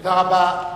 תודה רבה.